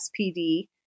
SPD